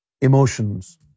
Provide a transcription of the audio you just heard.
emotions